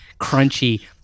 crunchy